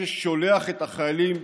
ששולח את החיילים,